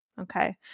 okay